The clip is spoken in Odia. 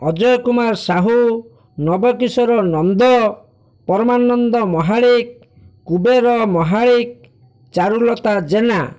ଅଜୟ କୁମାର ସାହୁ ନବକିଶୋର ନନ୍ଦ ପରମାନନ୍ଦ ମହାଳିକ କୁବେର ମହାଳିକ ଚାରୁଲତା ଜେନା